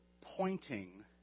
pointing